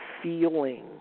feeling